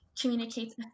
communicates